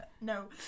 No